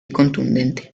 contundente